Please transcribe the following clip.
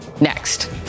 next